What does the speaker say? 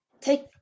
Take